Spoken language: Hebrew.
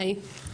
היי,